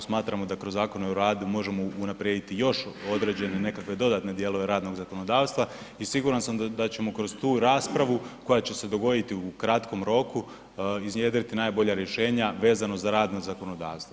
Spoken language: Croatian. Smatramo da kroz zakone o radu možemo unaprijediti još određene nekakve dodatne dijelove radnog zakonodavstva i siguran sam da ćemo kroz tu raspravu koja će se dogoditi u kratkom roku iznjedriti najbolja rješenja vezano za radna zakonodavstva.